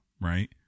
right